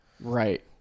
Right